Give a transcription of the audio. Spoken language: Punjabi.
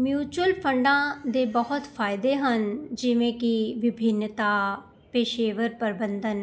ਮਿਊਚੁਅਲ ਫੰਡਾਂ ਦੇ ਬਹੁਤ ਫ਼ਾਇਦੇ ਹਨ ਜਿਵੇਂ ਕਿ ਵਿਭਿੰਨਤਾ ਪੇਸ਼ੇਵਰ ਪ੍ਰਬੰਧਨ